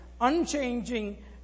unchanging